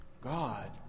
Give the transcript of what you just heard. God